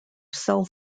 cell